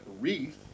wreath